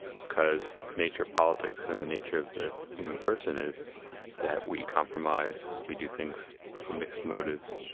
because the nature of politics and the nature of the human person is that we compromise, we do things for mixed motives,